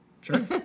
Sure